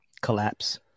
collapse